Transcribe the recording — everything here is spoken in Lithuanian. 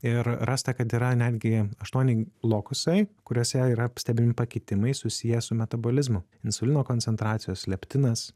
ir rasta kad yra netgi aštuoni lokusai kuriuose yra stebimi pakitimai susiję su metabolizmu insulino koncentracijos leptinas